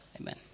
amen